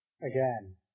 Again